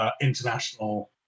international